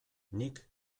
nik